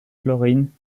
chlorine